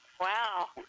Wow